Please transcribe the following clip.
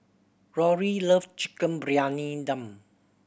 Rory love Chicken Briyani Dum